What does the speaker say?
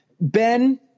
ben